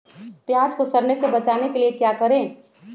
प्याज को सड़ने से बचाने के लिए क्या करें?